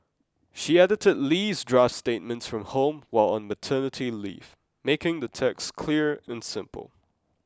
she edited Lee's draft statements from home while on maternity leave making the text clear and simple